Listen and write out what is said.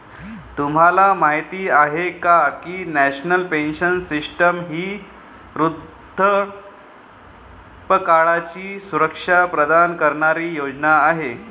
तुम्हाला माहिती आहे का की नॅशनल पेन्शन सिस्टीम ही वृद्धापकाळाची सुरक्षा प्रदान करणारी योजना आहे